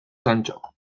santxok